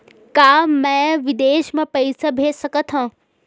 का मैं विदेश म पईसा भेज सकत हव?